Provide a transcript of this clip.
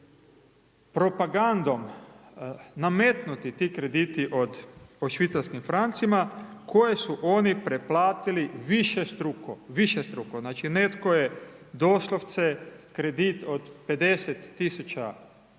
im propagandom nametnuti ti krediti od, po švicarskim francima, koje su oni preplatili višestruko, višestruko, znači, netko je doslovce kredit od 50 000 švicaraca,